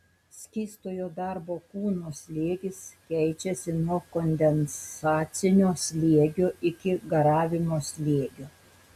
skystojo darbo kūno slėgis keičiasi nuo kondensacinio slėgio iki garavimo slėgio